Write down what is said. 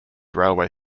railway